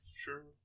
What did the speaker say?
Sure